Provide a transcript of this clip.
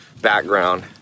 background